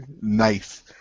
Nice